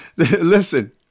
Listen